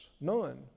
None